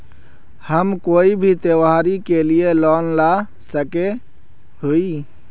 हम कोई भी त्योहारी के लिए लोन ला सके हिये?